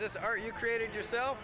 this are you created yourself